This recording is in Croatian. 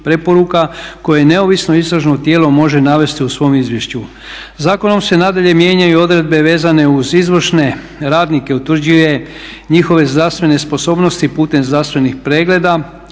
koje neovisno istražno tijelo može navesti u svom izvješću. Zakonom se nadalje mijenjaju i odredbe vezane uz izvršen radnike, utvrđuje njihove zdravstvene sposobnosti putem zdravstvenih pregleda,